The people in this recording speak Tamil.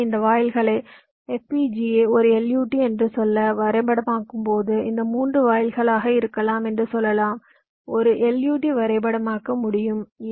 எனவே இந்த வாயில்களை LUTஇன் FPGA க்கு மேப் செய்யும் பொழுது இந்த மூன்று வாயில்களையும் ஒரே LUTக்கு மேப் செய்யும் ஒரு வாய்ப்புள்ளது